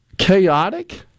Chaotic